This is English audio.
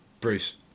Bruce